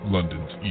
London's